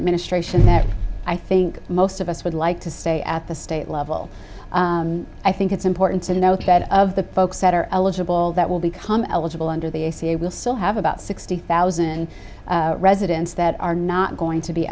administration that i think most of us would like to say at the state level i think it's important to note head of the folks that are eligible that will become eligible under the ac it will still have about sixty thousand residents that are not going to be